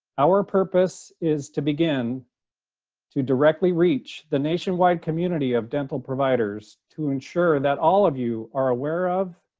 our purpose is to begin to directly reach the nationwide community of dental providers to ensure that all of you are aware of,